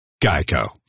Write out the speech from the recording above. Geico